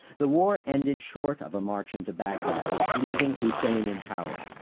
the war ended short of a march into baghdad, leaving hussein in power.